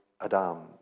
Adam